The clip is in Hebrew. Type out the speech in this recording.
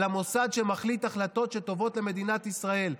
אלא מוסד שמחליט החלטות שטובות למדינת ישראל.